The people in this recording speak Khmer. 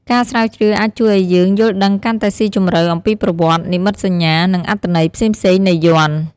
ការស្រាវជ្រាវអាចជួយឱ្យយើងយល់ដឹងកាន់តែស៊ីជម្រៅអំពីប្រវត្តិ និមិត្តសញ្ញា និងអត្ថន័យផ្សេងៗនៃយ័ន្ត។